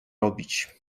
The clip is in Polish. robić